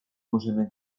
możemy